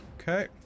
Okay